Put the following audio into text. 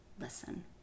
listen